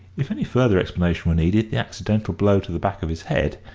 if any further explanation were needed, the accidental blow to the back of his head,